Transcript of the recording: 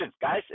guys